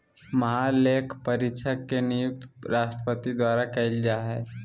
महालेखापरीक्षक के नियुक्ति राष्ट्रपति द्वारा कइल जा हइ